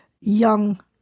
young